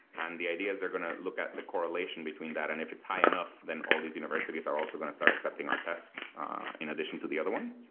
and the idea is they're going to look at the correlation between that, and if it's high enough, then all these universities are also going to start accepting our test in addition to the other one.